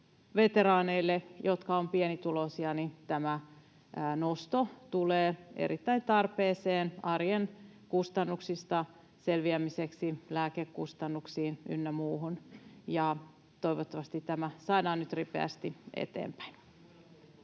veteraaneille, jotka ovat pienituloisia, tämä nosto tulee erittäin tarpeeseen arjen kustannuksista selviämiseksi, lääkekustannuksiin ynnä muuhun. Toivottavasti tämä saadaan nyt ripeästi eteenpäin.